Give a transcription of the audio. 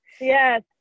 Yes